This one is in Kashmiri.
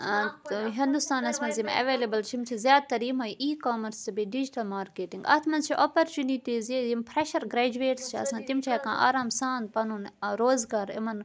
ٲں تہٕ ہندوستانَس منٛز یِم ایٚولیبٕل چھِ یِم چھِ زیادٕ تَر یِمے ای کامٲرٕس تہٕ بیٚیہِ ڈِجٹَل مارکیٚٹِنٛگ اَتھ منٛز چھِ اَپَرچُنِٹیٖز یہِ یِم فرٛیٚشَر گرٛیجویٹٕس چھِ آسان تِم چھِ ہیٚکان آرام سان پَنُن ٲں روزگار یِمَن